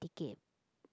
ticket